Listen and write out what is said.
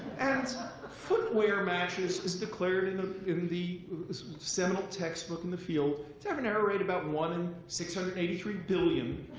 and footwear matches is declared in ah in the seminal textbook in the field to have an error rate about one in six hundred and eighty three billion.